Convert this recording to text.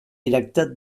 directe